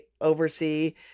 oversee